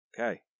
Okay